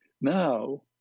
Now